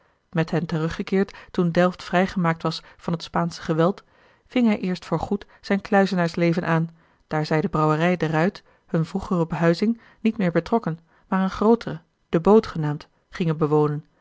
met hen teruggekeerd toen delft vrijgemaakt was van t spaansche geweld ving hij eerst voorgoed zijn kluizenaarsleven aan daar zij de brouwerij de ruit hunne vroegere huizing niet meer betrokken maar eene grootere de boot genaamd gingen bewonen